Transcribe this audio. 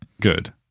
Good